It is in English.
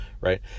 right